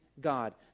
God